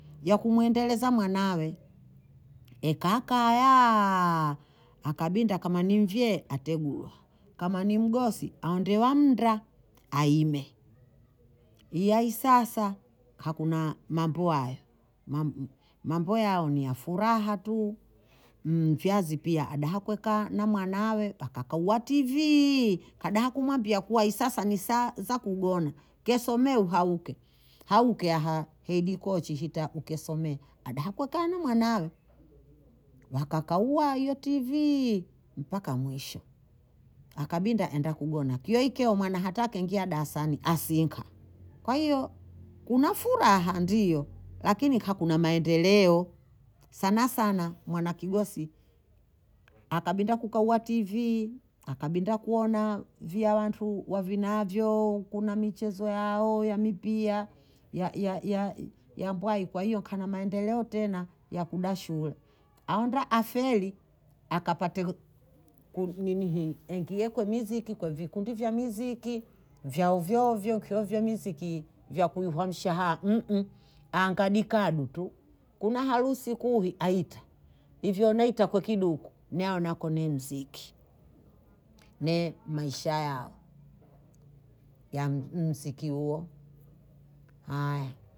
Ya kumwendeleza mwanawe, ekaa kayaaa, akabinda kama ni mvyee ategulwa, kama ni mgosi aondewa mnda ayime, iya hii sasa kakuna mambo haya, mamb mambo ya furaha tu, mvyazi pia hadaha kwekaa na mwanawe dakakauwa tiviii, kadaha kumwambia kuwa hii sasa ni saa za kugona kesomee uhauke, hauke aha hedi kochi hita ukesomee, hadaha kukaa na mwanawe, wakakauwa hiyo tiviii mpaka mwisho, akabinda aenda kugona, kiwa ikeo mwana hata kaingia daasani asinka, kwa hiyo kuna furaha ndiyo lakini hakuna maendeleo, sana sana mwana kigosi akabinda kukauwa tivii, akabinda kuona viya wantu wavinavyoo, kuna michezo yao ya mipiya ya- ya- ya- yambwayi kwa hiyo kana maendeleo tena ya kuda shule, aonda afeli akapate ku- ninihii engie kwe miziki kwe vikundi vya miziki vya hovyo hovyo, nkio vya miziki vya kuyihwa mshahaya anga dikadu tu, kuna harusi kuyi aita, hivyo naita kwe kiduku nao nako ni mziki, ne Maisha yao yam- mziki huo, haya